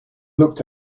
looked